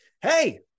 Hey